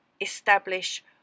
establish